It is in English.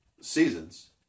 seasons